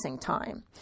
time